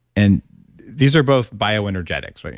and these are both bioenergetics,